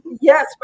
Yes